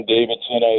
Davidson